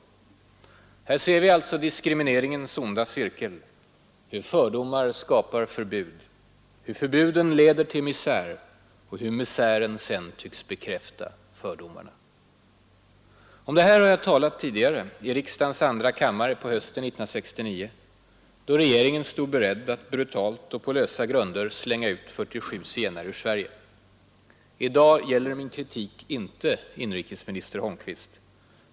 Här ser vi alltså diskrimineringens onda cirkel: hur fördomar skapar förbud, hur förbuden leder till misär och hur misären sedan tycks bekräfta fördomarna. Om detta har jag talat tidigare — i riksdagens andra kammare på hösten 1969 — då regeringen stod beredd att brutalt och på lösa grunder slänga ut 47 zigenare ur Sverige. I dag gäller min kritik inte inrikesministern Holmqvist.